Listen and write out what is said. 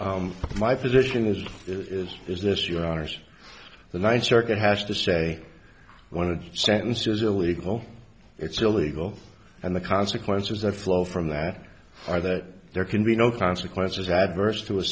not my position as it is is this your honour's the ninth circuit has to say one sentence is a legal it's illegal and the consequences that flow from that are that there can be no consequences adverse to a